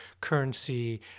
currency